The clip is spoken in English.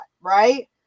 right